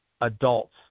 adults